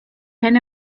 henne